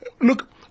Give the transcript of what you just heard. Look